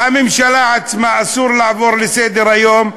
לממשלה עצמה אסור לעבור לסדר-היום.